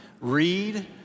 read